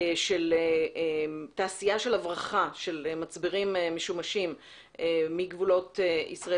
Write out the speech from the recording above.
של תעשייה של הברחה של מצברים משומשים מגבולות ישראל